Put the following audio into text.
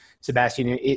Sebastian